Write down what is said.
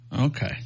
Okay